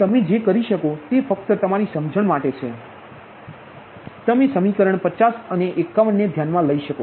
તેથી તમે જે કરી શકો તે ફક્ત તમારી સમજણ માટે છે કે તમે સમીકરણ 50 અને 51 ને ધ્યાનમાં લઈ શકો